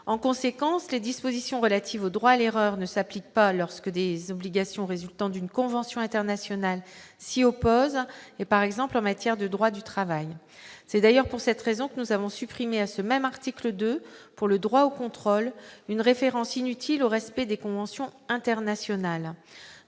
En conséquence, les dispositions relatives au droit à l'erreur ne s'appliquent pas lorsque des obligations résultant d'une convention internationale s'y opposent, par exemple en matière de droit du travail. C'est d'ailleurs pour cette raison que nous avons supprimé à ce même article 2, pour le droit au contrôle, une référence inutile au respect des conventions internationales.